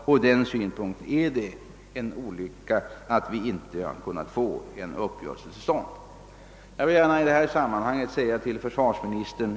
Från den synpunkten är det en olycka att inte en uppgörelse har kunnat komma till stånd.